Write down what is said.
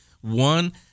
One